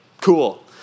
cool